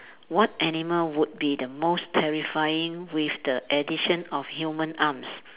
what animal would be the most terrifying with the addition of human arms